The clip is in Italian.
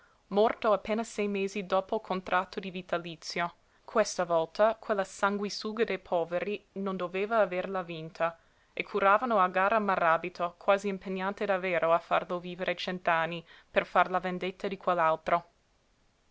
morto appena sei mesi dopo il contratto di vitalizio questa volta quella sanguisuga dei poveri non doveva averla vinta e curavano a gara maràbito quasi impegnate davvero a farlo vivere cent'anni per far la vendetta di quell'altro